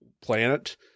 planet